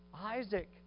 Isaac